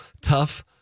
tough